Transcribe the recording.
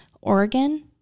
Oregon